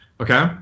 Okay